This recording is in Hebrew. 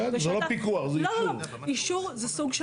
בסדר, זה לא פיקוח, זה אישור.